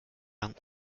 lang